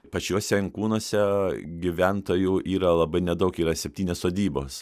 pačiuose inkūnuose gyventojų yra labai nedaug yra septynios sodybos